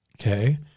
Okay